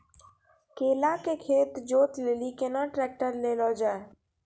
केला के खेत जोत लिली केना ट्रैक्टर ले लो जा?